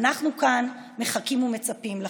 אנחנו כאן מחכים ומצפים לכם.